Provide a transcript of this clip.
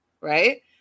Right